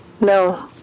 No